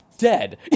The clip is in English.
dead